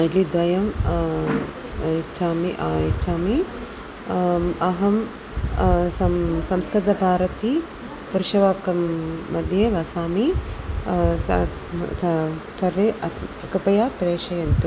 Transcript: इड्लीद्वयम् चमि इच्छामि अहं सं संस्कृतभारती पुरुषवासंमध्ये वसामि त त तर्हि अह् कृपया प्रेषयन्तु